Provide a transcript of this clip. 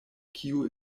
kiu